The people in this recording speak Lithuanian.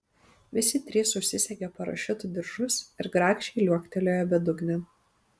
visi trys užsisegė parašiutų diržus ir grakščiai liuoktelėjo bedugnėn